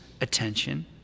attention